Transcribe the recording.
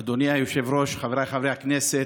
אדוני היושב-ראש, חבריי חברי הכנסת,